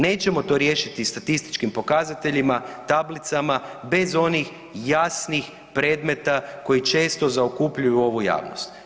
Nećemo to riješiti statističkim pokazateljima, tablicama bez onih jasnih predmeta koji često zaokupljaju ovu javnost.